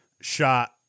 shot